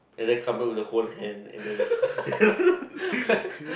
and then crumble with the whole hand and then